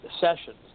Sessions